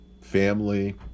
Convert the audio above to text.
family